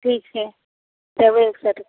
ठीक छै देबै एक सए टका